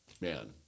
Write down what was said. man